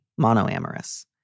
monoamorous